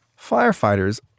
Firefighters